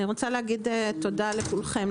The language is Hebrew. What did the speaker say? אני רוצה להגיד תודה לכולכם,